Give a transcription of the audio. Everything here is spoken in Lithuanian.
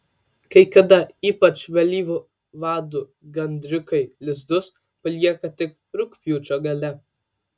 kai kada ypač vėlyvų vadų gandriukai lizdus palieka tik rugpjūčio gale